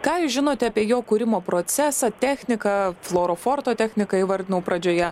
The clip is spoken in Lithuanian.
ką jūs žinote apie jo kūrimo procesą techniką fluoroforto techniką įvardinau pradžioje